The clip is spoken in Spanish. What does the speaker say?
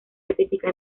artística